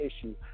issue